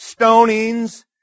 stonings